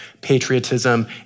patriotism